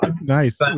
Nice